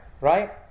right